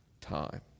time